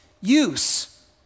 use